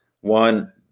one